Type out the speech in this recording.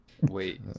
Wait